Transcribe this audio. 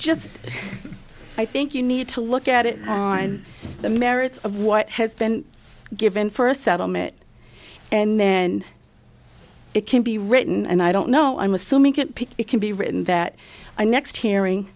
just i think you need to look at it on the merits of what has been given for a settlement and then it can be written and i don't know i'm assuming it can be written that next hearing